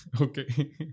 Okay